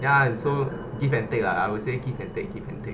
ya and so give and take lah I would say give and take give and take